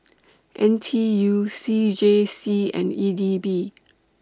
N T U C J C and E D B